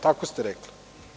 Tako ste rekli.